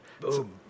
boom